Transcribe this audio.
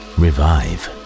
revive